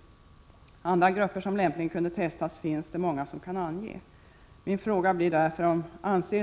Många exempel på andra grupper som lämpligen kunde testas kan anföras. Min fråga blir därför om